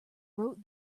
wrote